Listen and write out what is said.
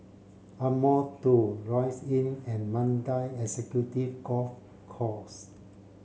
Ardmore tow Lloyds Inn and Mandai Executive Golf Course